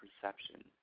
perception